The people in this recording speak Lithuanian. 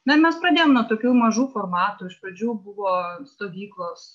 na ir mes pradėjom nuo tokių mažų formatų iš pradžių buvo stovyklos